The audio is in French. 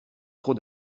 trop